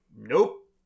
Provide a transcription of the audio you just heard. nope